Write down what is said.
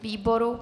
Výboru?